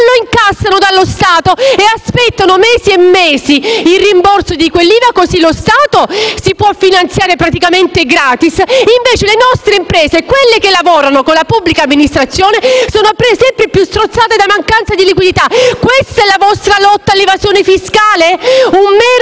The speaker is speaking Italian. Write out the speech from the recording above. incassano dallo Stato e ne aspettano per mesi e mesi il rimborso. Così lo Stato si può finanziare praticamente *gratis*, invece le nostre imprese, quelle che lavorano con la pubblica amministrazione, sono sempre più strozzate da mancanza di liquidità. Questa è la vostra lotta all'evasione fiscale? Un mero calcolo